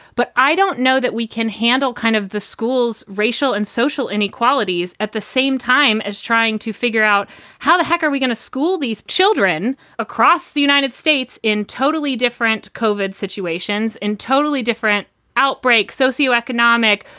but i don't know that we can handle kind of the school's racial and social inequalities at the same time as trying to figure out how the heck are we going to school, these children across the united states in totally different covid situations, in totally different outbreak, socioeconomic.